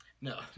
No